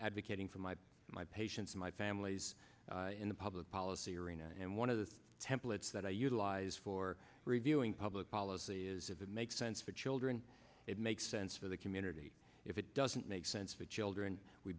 advocating for my my patients my family's in the public policy arena and one of the templates that i utilize for reviewing public policy is if it makes sense for children it makes sense for the community if it doesn't make sense for children we